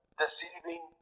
deceiving